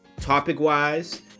Topic-wise